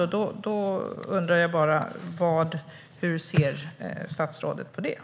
Hur ser statsrådet på detta?